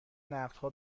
نقدها